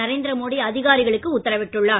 நரேந்திர மோடி அதிகாரிகளுக்கு உத்தரவிட்டுள்ளார்